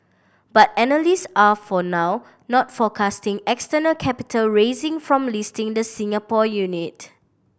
but analyst are for now not forecasting external capital raising from listing the Singapore unit